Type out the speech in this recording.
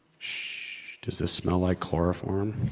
shhhh. does this smell like chloroform?